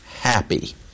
happy